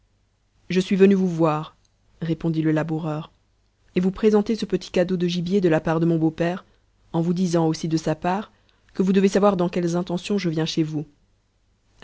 je suis venu vous voir répondit le laboureur et vous présenter ce petit cadeau de gibier de la part de mon beaupère en vous disant aussi de sa part que vous devez savoir dans quelles intentions je viens chez vous